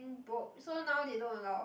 broke so now they don't allow